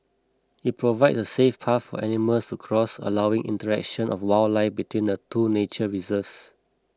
it provides a safe path for animals to cross allowing interaction of wildlife between the two nature reserves